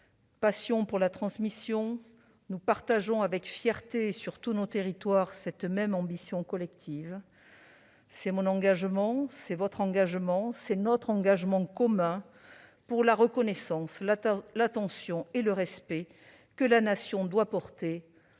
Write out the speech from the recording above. passion pour la transmission : nous partageons avec fierté et sur tous nos territoires cette même ambition collective. C'est mon engagement et notre engagement commun pour la reconnaissance, l'attention et le respect que la Nation doit aux